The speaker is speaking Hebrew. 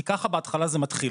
כי ככה בהתחלה זה מתחיל.